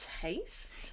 taste